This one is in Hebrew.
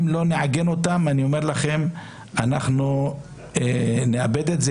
אם לא נעגן אותן, אנחנו נאבד את זה.